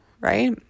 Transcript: right